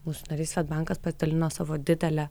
mūsų narys svedbankas pasidalino savo didele